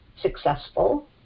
successful